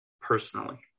personally